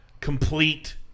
complete